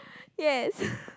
yes